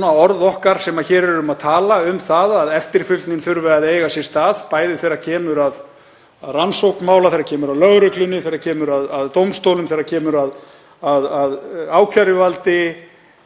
vona að orð okkar sem hér erum að tala um það að eftirfylgnin þurfi að eiga sér stað, bæði þegar kemur að rannsókn mála, þegar kemur að lögreglunni, þegar kemur að dómstólum, þegar kemur að ákæruvaldi,